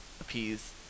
appease